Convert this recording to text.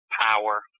power